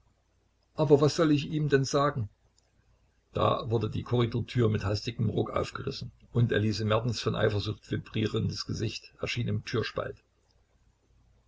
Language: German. aber was soll ich ihm denn sagen da wurde die korridortür mit hastigem ruck aufgerissen und elise mertens von eifersucht vibrierendes gesicht erschien im